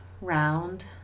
round